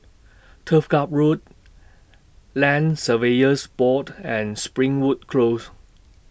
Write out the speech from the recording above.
Turf Ciub Road Land Surveyors Board and Springwood Close